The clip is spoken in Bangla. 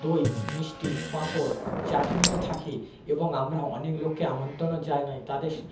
দই মিষ্টি পাঁপড় চাটনিও থাকে এবং আমরা অনেক লোককে আমন্ত্রণও জানাই তাদের